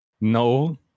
no